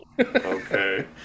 Okay